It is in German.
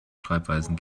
schreibweisen